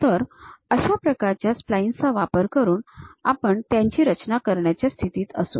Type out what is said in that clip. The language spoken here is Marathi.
तर अशा प्रकारच्या स्प्लाइन्सचा वापर करून आपण त्याची रचना करण्याच्या स्थितीत असू